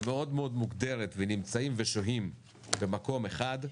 ומאוד מאוד מוגדרת ונמצאים ושוהים במקום אחד,